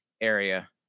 area